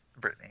Britney